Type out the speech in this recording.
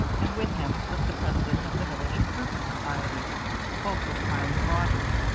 and with him was the president of the village improvement society both were smiling broadly.